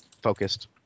Focused